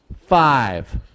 Five